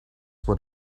what